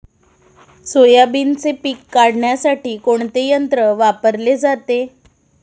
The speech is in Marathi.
सोयाबीनचे पीक काढण्यासाठी कोणते यंत्र वापरले जाते?